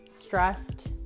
stressed